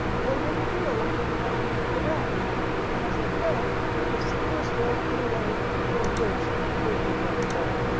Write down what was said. they didn't feel like anybody needed to watch because they felt that the city was built in a way in which it could never fall.